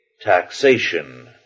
taxation